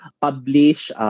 publish